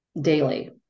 daily